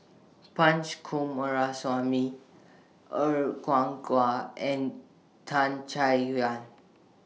Punch Coomaraswamy Er Kwong and Tan Chay Yan